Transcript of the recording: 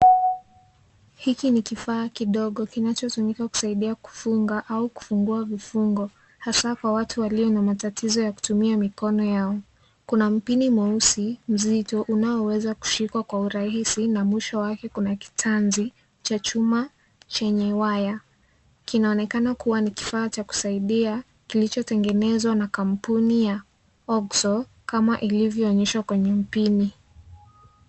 Hiki ni kifaa kidogo kinacho tumika kufunga au kufungua vifungo hasa kwa watu walio na matatizo ya kutumia mikono yao. Kuna mpini mweusi mzito unaoweza kushikwa kwa urahisi na mwisho wake Kuna kitanzi cha chuma chenye waya ,kinaonekana kuwa ni kifaa cha kusaidia kilichotengenezwa na kampuni ya Oxo kama ilivyo onyeshwa kwenye mpini.